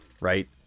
right